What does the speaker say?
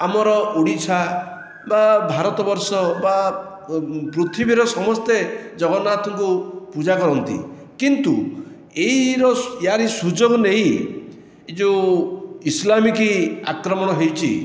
ଆମର ଓଡ଼ିଶା ବା ଭାରତ ବର୍ଷ ବା ପୃଥିବୀର ସମସ୍ତେ ଜଗନ୍ନାଥଙ୍କୁ ପୂଜା କରନ୍ତି କିନ୍ତୁ ଏଇର ୟାରି ସୁଯୋଗ ନେଇ ଏଇ ଯେଉଁ ଇସଲାମିକ ଆକ୍ରମଣ ହୋଇଛି